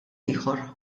ieħor